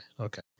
okay